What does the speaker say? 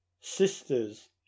sisters